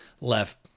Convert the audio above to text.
left